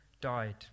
died